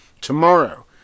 Tomorrow